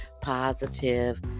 positive